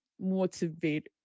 motivate